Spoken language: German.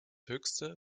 höchste